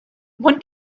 one